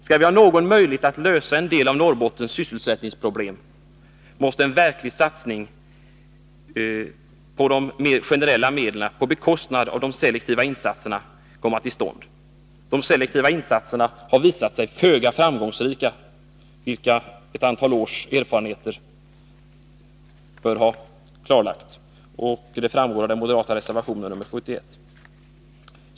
Skall vi ha någon möjlighet att lösa en del av Norrbottens sysselsättningsproblem, måste en verklig satsning på de generella medlen på bekostnad av de selektiva insatserna komma till stånd. De selektiva insatserna har visat sig föga framgångsrika, vilket ett antal års erfarenheter bör ha klarlagt. Det framgår av den moderata reservationen nr 71.